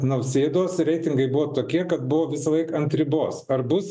nausėdos reitingai buvo tokie kad buvo visąlaik ant ribos ar bus